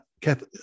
Kath